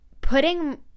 putting